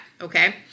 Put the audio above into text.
Okay